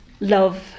Love